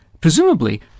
Presumably